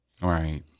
Right